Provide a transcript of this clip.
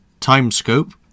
Timescope